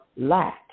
lack